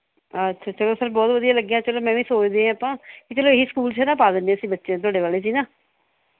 ਅੱਛਾ ਚਲੋ ਸਰ ਬਹੁਤ ਵਧੀਆ ਲੱਗਿਆ ਚਲੋ ਮੈਂ ਵੀ ਸੋਚਦੀ ਆਪਾਂ ਕਿ ਚਲੋ ਇਹੀ ਸਕੂਲ 'ਚ ਪਾ ਦਿੰਦੇ ਹਾਂ ਅਸੀਂ ਬੱਚੇ ਨੂੰ ਤੁਹਾਡੇ ਵਾਲੇ 'ਚ ਹੀ ਨਹੀਂ